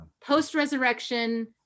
Post-resurrection